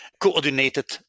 coordinated